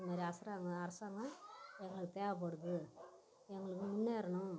அதுமாரி அராங்கம் அரசாங்கம் எங்களுக்கு தேவைப்படுது எங்களுக்கு முன்னேறனும்